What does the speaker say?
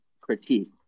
critique